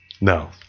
No